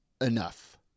enough